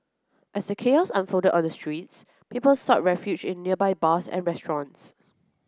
as the chaos unfolded on the streets people sought refuge in nearby bars and restaurants